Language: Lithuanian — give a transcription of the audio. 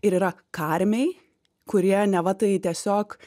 ir yra karmiai kurie neva tai tiesiog